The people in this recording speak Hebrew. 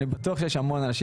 אני בטוח שיש המון אנשים.